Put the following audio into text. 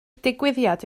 digwyddiad